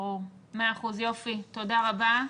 מאה אחוז, תודה רבה.